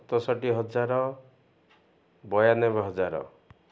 ସତଷଠି ହଜାର ବୟାନବେ ହଜାର